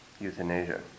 euthanasia